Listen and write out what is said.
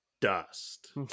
dust